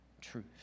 truth